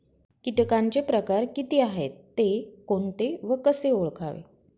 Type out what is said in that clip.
किटकांचे प्रकार किती आहेत, ते कोणते व कसे ओळखावे?